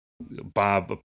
Bob